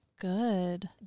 Good